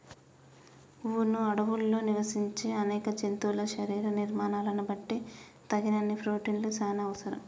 వును అడవుల్లో నివసించే అనేక జంతువుల శరీర నిర్మాణాలను బట్టి తగినన్ని ప్రోటిన్లు చానా అవసరం